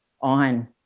on